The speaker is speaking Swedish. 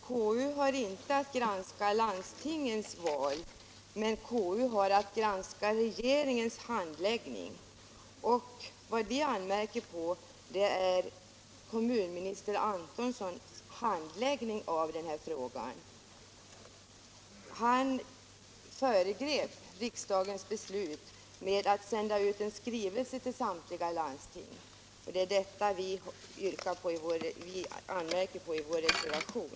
KU har inte att granska landstingsval, men KU har att granska regeringens handläggning. Vad vi anmärker på är kommunminister Antonssons handläggning av denna fråga. Han föregrep riksdagens beslut genom att sända ut en skrivelse till samtliga landsting, och vi anmärker på detta i vår reservation.